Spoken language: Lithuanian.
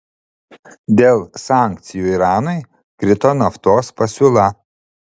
dėl sankcijų iranui krito naftos pasiūla